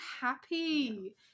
happy